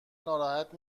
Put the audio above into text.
ناراحت